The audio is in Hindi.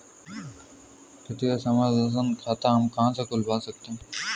वित्तीय समावेशन खाता हम कहां से खुलवा सकते हैं?